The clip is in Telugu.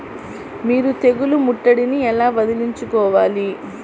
మీరు తెగులు ముట్టడిని ఎలా వదిలించుకోవాలి?